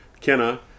Kenna